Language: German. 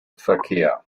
verkehr